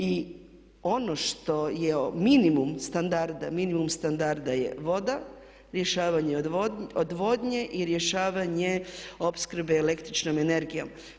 I ono što je minimum standarda, minimum standarda je voda, rješavanje odvodnje i rješavanje opskrbe električnom energijom.